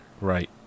Right